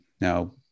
Now